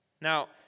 Now